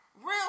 real